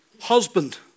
husband